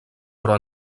però